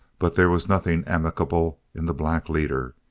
but there was nothing amicable in the black leader.